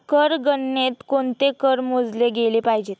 कर गणनेत कोणते कर मोजले गेले पाहिजेत?